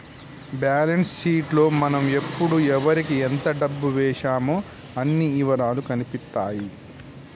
balance sheet లో మనం ఎప్పుడు ఎవరికీ ఎంత డబ్బు వేశామో అన్ని ఇవరాలూ కనిపిత్తాయి